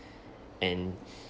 and